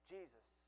Jesus